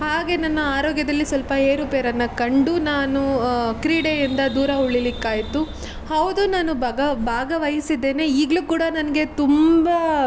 ಹಾಗೆ ನನ್ನ ಆರೋಗ್ಯದಲ್ಲಿ ಸ್ವಲ್ಪ ಏರುಪೇರನ್ನು ಕಂಡು ನಾನು ಕ್ರೀಡೆಯಿಂದ ದೂರ ಉಳಿಲಿಕ್ಕಾಯಿತು ಹೌದು ನಾನು ಭಾಗವಹಿಸಿದ್ದೇನೆ ಈಗಲೂ ಕೂಡ ನನಗೆ ತುಂಬ